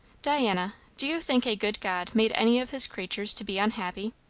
diana, do you think a good god made any of his creatures to be unhappy?